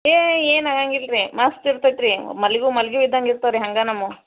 ಏ ಏನು ಆಗಂಗೆ ಇಲ್ಲರಿ ಮಸ್ತು ಇರ್ತತೆ ರೀ ಮಲ್ಲಿಗೆ ಹೂ ಮಲ್ಲಿಗೆ ಹೂ ಇದ್ದಂಗೆ ಇರ್ತವೆ ರೀ ಹಂಗೆ ನಮ್ವು